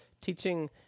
teaching